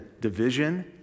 division